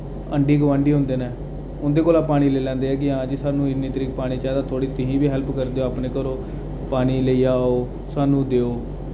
आंडी गुआंढी होंदे न उंदे कोला पानी लेई लैंदे न कि हां जी स्हानूं इन्नी तरीक पानी चाहिदा थोह्ड़ी तुस बी हैल्प करी देओ अपने घरो पानी लेई आओ स्हानूं देओ